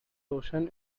ocean